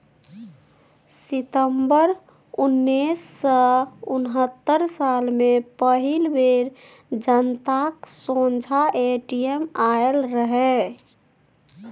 सितंबर उन्नैस सय उनहत्तर साल मे पहिल बेर जनताक सोंझाँ ए.टी.एम आएल रहय